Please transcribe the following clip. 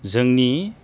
जोंनि